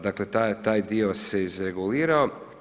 Dakle taj dio se izregulirao.